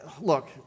look